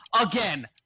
again